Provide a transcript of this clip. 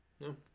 No